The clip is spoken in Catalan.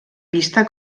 pista